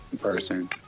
person